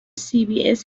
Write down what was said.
cbs